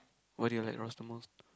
why do you like Ross the most